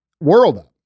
world